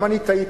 גם אני טעיתי,